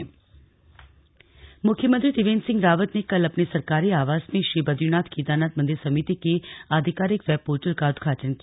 web portal मुख्यमंत्री त्रिवेंद्र सिंह रावत ने कल अपने सरकारी आवास में श्री बदरीनाथ केदारनाथ मंदिर समिति के आधिकारिक वेब पोर्टल का उद्घाटन किया